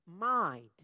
Mind